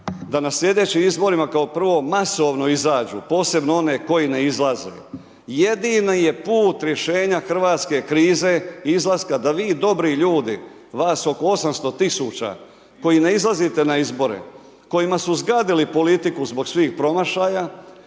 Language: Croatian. da na sljedećim izborima kao prvo masovno izađu posebno one koji ne izlaze, jedini je put rješenja hrvatske krize izlaska da vi dobri ljudi vas oko 800 tisuća koji ne izlazite na izbore, kojima su zgadili politiku zbog svih promašaja